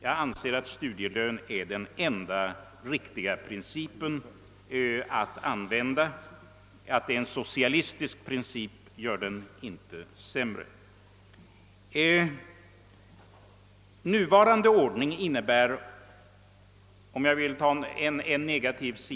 Jag anser att studielön är den enda riktiga principen, och den blir inte sämre därför att den är en socialistisk princip. Jag vill beröra ytterligare en negativ sida av den nuvarande ordningen.